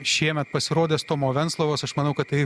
šiemet pasirodęs tomo venclovos aš manau kad tai